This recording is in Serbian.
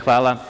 Hvala.